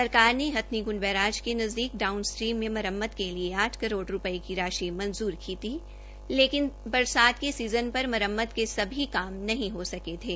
सरकार ने हथनीकृंड बैराज के नजदीक डाउन स्ट्रीम में मरम्मत के लिए आठ करोड़ रूपये की राशि मंजूर की थीलेकिन बरसात के सीजन तक मरम्मत के सभी काम नहीं हो सके थे